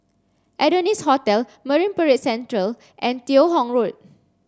Adonis Hotel Marine Parade Central and Teo Hong Road